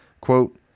Quote